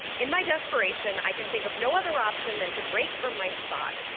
in my desperation, i can think of no other option than to break from my spot.